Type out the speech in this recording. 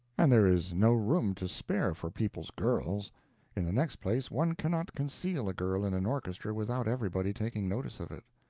and there is no room to spare for people's girls in the next place, one cannot conceal a girl in an orchestra without everybody taking notice of it.